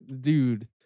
dude